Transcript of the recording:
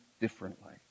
differently